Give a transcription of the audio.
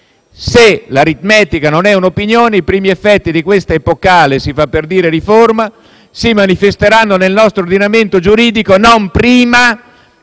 Se l'aritmetica non è un'opinione, i primi effetti di questa epocale - si fa per dire - riforma, si manifesteranno nel nostro ordinamento giuridico non prima